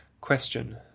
question